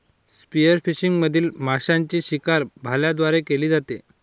spearfishing मधील माशांची शिकार भाल्यांद्वारे केली जाते